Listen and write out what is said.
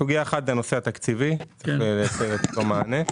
סוגיה אחת, זה הנושא התקציבי שצריך לתת לו מענה.